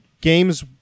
games